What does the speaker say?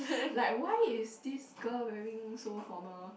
like why is this girl wearing so formal